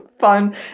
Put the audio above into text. fun